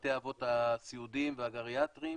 בבתי האבות הסיעודיים והגריאטריים.